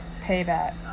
Payback